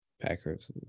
Packers